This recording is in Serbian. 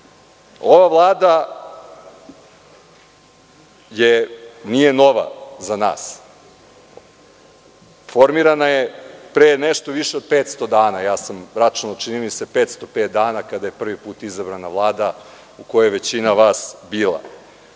Vlada nije nova za nas, formirana je pre nešto više od 500 dana, ja sam računao čini mi se 505 dana kada je prvi put izabrana Vlada u kojoj je većina vas bila. To